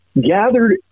gathered